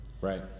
Right